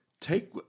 Take